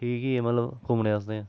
ठीक ई ऐ मतलब घूमने आस्तै